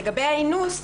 לגבי האינוס,